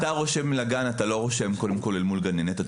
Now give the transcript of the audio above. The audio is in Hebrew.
כשאתה רושם לגן, אתה לא רושם אל מול גננת.